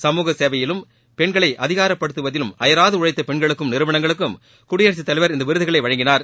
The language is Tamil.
சமூகசேவையிலும் பெண்களை அதிகாரப்படுத்துவதிலும் அயராது உழைத்த பெண்களுக்கும் நிறுவனங்களுக்கும் குடியரசுத்தலைவர் இந்த விருதுகளை வழங்கினார்